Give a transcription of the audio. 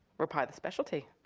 we're part of the specialty.